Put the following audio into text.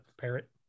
parrot